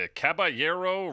caballero